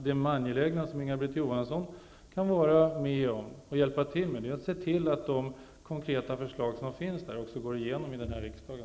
Det Inga-Britt Johansson kan hjälpa till med är att se till att de konkreta förslag som finns där också går igenom i riksdagen.